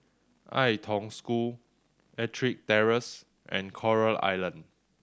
Ai Tong School Ettrick Terrace and Coral Island